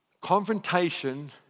Confrontation